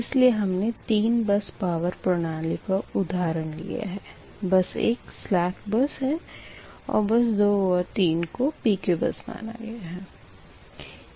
इसलिए हमने तीन बस पावर प्रणाली का उधारण लिया है बस 1 सलेक बस है और बस 2 और 3 को PQ बस माना गया है